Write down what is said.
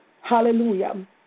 hallelujah